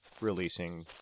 releasing